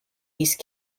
these